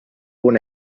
una